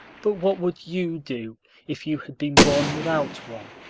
but what would you do if you had been born without one?